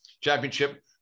championship